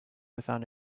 without